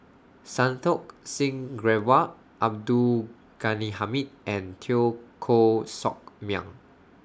Santokh Singh Grewal Abdul Ghani Hamid and Teo Koh Sock Miang